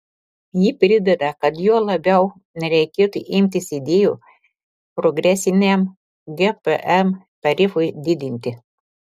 ji prideda kad juo labiau nereikėtų imtis idėjų progresiniam gpm tarifui didinti